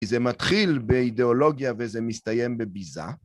כי זה מתחיל באידיאולוגיה וזה מסתיים בביזה.